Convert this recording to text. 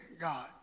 God